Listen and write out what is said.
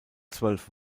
zwölf